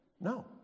No